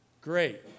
Great